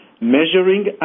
measuring